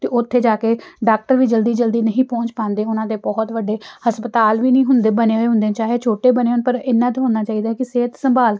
ਅਤੇ ਉੱਥੇ ਜਾ ਕੇ ਡਾਕਟਰ ਵੀ ਜਲਦੀ ਜਲਦੀ ਨਹੀਂ ਪਹੁੰਚ ਪਾਉਂਦੇ ਉਹਨਾਂ ਦੇ ਬਹੁਤ ਵੱਡੇ ਹਸਪਤਾਲ ਵੀ ਨਹੀਂ ਹੁੰਦੇ ਬਣੇ ਹੋਏ ਹੁੰਦੇ ਚਾਹੇ ਛੋਟੇ ਬਣੇ ਹੋਣ ਪਰ ਇੰਨਾ ਤਾਂ ਹੋਣਾ ਚਾਹੀਦਾ ਕਿ ਸਿਹਤ ਸੰਭਾਲ